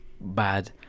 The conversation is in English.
bad